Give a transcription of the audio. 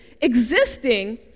existing